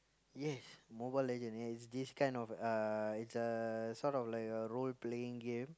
yes Mobile-Legends is this kind of uh it's a sort of like a role playing game